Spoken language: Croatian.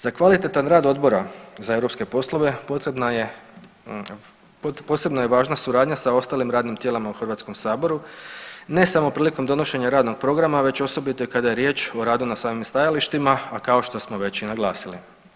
Za kvalitetan rad odbora za EU poslove posebno je važna suradnja sa ostalim radnim tijelima u Hrvatskom saboru ne samo prilikom donošenja radnog programa, već osobito i kada je riječ o radu na samim stajalištima, a kao što smo već i naglasili.